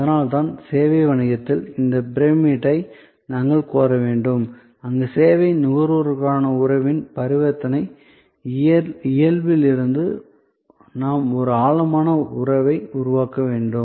அதனால்தான் சேவை வணிகத்தில் இந்த பிரமிட்டை நாங்கள் கோர வேண்டும் அங்கு சேவை நுகர்வோருடனான உறவின் பரிவர்த்தனை இயல்பிலிருந்து நாம் ஒரு ஆழமான உறவை உருவாக்க வேண்டும்